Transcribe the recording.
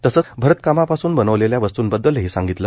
तसंच अरतकामापासून बनवलेल्या वस्तूंबद्दलही सांगितलं